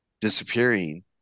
disappearing